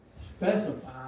specify